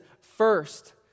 First